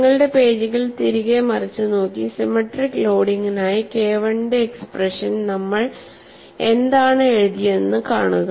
നിങ്ങളുടെ പേജുകൾ തിരികെ മറിച്ച് നോക്കി സിമെട്രിക് ലോഡിംഗിനായി KI യുടെ എക്സ്പ്രഷൻ നമ്മൾ എന്താണ് എഴുതിയതെന്ന് കാണുക